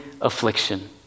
affliction